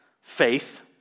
Faith